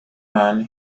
man